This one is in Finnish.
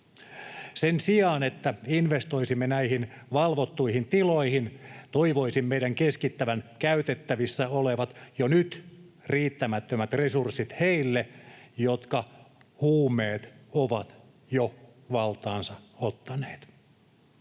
Sen sijaan, että investoisimme näihin valvottuihin tiloihin, toivoisin meidän keskittävän käytettävissä olevat, jo nyt riittämättömät resurssit heille, jotka huumeet ovat jo valtaansa ottaneet.